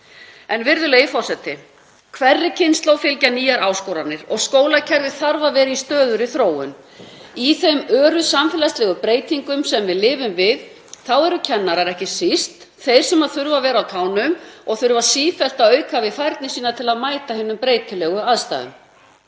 Virðulegi forseti. Hverri kynslóð fylgja nýjar áskoranir og skólakerfið þarf að vera í stöðugri þróun. Í þeim öru samfélagslegu breytingum sem við lifum við eru kennarar ekki síst þeir sem þurfa að vera á tánum og þurfa sífellt að auka færni sína til að mæta hinum breytilegu aðstæðum.